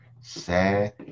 Sad